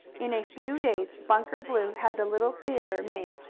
in a few days bunker blue had the little theatre made,